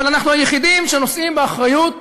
אבל אנחנו היחידים שנושאים באחריות